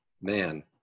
man